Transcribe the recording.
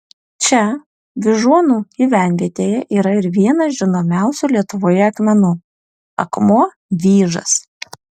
čia vyžuonų gyvenvietėje yra ir vienas žinomiausių lietuvoje akmenų akmuo vyžas